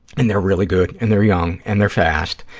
and they're really good and they're young and they're fast,